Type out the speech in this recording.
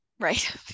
right